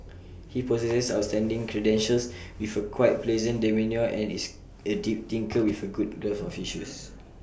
he possesses outstanding credentials with A quiet pleasant demeanour and is A deep thinker with A good grasp of issues